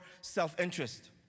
self-interest